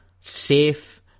safe